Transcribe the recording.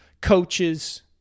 coaches